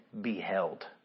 beheld